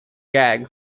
gag